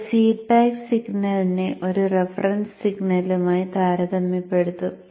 അത് ഫീഡ്ബാക്ക് സിഗ്നലിനെ ഒരു റഫറൻസ് സിഗ്നലുമായി താരതമ്യപ്പെടുത്തും